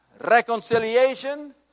reconciliation